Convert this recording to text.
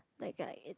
like uh it